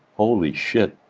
holy shit.